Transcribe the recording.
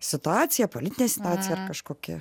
situacija politinė situacija kažkokia